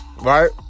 right